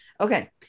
Okay